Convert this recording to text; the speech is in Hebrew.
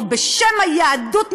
או בשם היהדות,